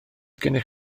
gennych